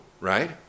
right